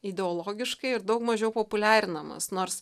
ideologiškai ir daug mažiau populiarinamas nors